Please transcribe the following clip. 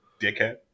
dickhead